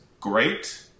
great